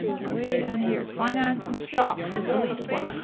way down here. finance and stocks is the least one.